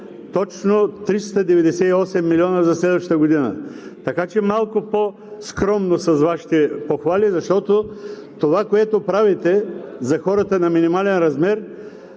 Точно 398 милиона за следващата година. Така че, малко по-скромно с Вашите похвали, защото това, което правите за хората на минимален размер,